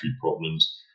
problems